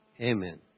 Amen